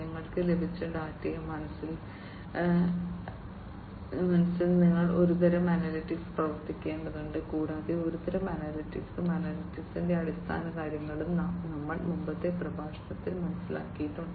നിങ്ങൾക്ക് ലഭിച്ച ഡാറ്റയെ മനസ്സിൽ പിടിക്കാൻ നിങ്ങൾ ഒരുതരം അനലിറ്റിക്സ് പ്രവർത്തിപ്പിക്കേണ്ടതുണ്ട് കൂടാതെ ഒരുതരം അനലിറ്റിക്സും അനലിറ്റിക്സിന്റെ അടിസ്ഥാനകാര്യങ്ങളും ഞങ്ങൾ മുമ്പത്തെ പ്രഭാഷണത്തിൽ മനസ്സിലാക്കിയിട്ടുണ്ട്